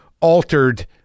altered